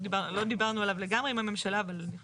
לא דיברנו עליו לגמרי עם הממשלה, אבל אני חושבת.